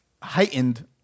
heightened